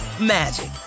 magic